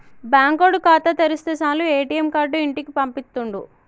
బాంకోడు ఖాతా తెరిస్తె సాలు ఏ.టి.ఎమ్ కార్డు ఇంటికి పంపిత్తుండు